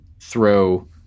throw